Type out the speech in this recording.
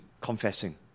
confessing